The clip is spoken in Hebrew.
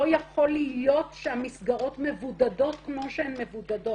לא יכול להיות שהמסגרות מבודדות כמו שהן מבודדות.